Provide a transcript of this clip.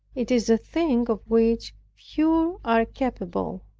it is a thing of which few are capable.